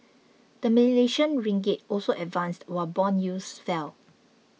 the Malaysian Ringgit also advanced while bond yields fell